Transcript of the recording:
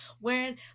wearing